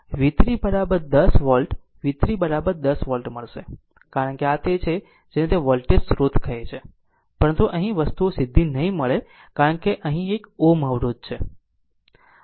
આમ v 3 સીધા v3 10 volt v3 10 volt મળશે કારણ કે આ તે છે જેને તે વોલ્ટેજ સ્રોત કહે છે પરંતુ અહીં વસ્તુઓ સીધી નહીં મળે કારણ કે અહીં એક Ω અવરોધ છે